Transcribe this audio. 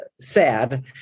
sad